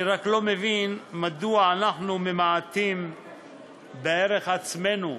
אני רק לא מבין מדוע אנחנו ממעטים בערך עצמנו.